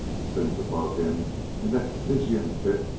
since, above him in that stygian pit,